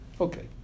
Okay